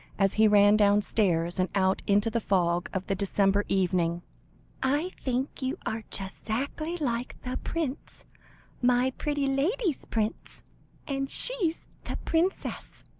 as he ran downstairs, and out into the fog of the december evening i think you are just zackly like the prince my pretty lady's prince and she's the princess!